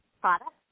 products